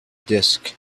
disk